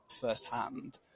firsthand